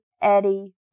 Eddie